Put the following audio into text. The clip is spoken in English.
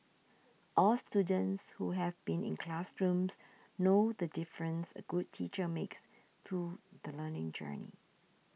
all students who have been in classrooms know the difference a good teacher makes to the learning journey